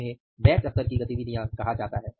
उन्हें बैच स्तर की गतिविधियां कहा जाता है